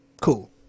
cool